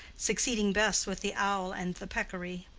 succeeding best with the owl and the peccary.